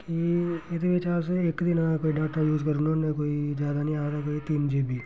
कि एह्दे बिच्च अस इक दिनै दा कोई डाटा यूज करना होन्नां कोई ज्यादा नी आखदा कोई तिन जी बी